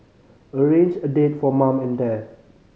arrange a date for mum and dad